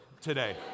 today